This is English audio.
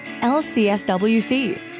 lcswc